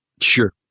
Sure